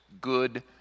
good